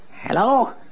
Hello